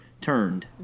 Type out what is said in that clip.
turned